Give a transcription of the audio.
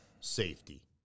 safety